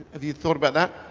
have you thought about that?